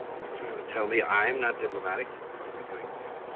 you trying to tell me, i'm not diplomatic? what's he doing here?